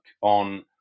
on